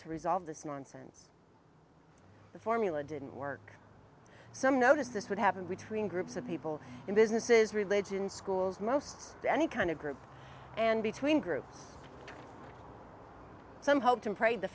to resolve this nonsense the formula didn't work so notice this would happen between groups of people and businesses religion schools most any kind of group and between groups some h